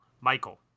Michael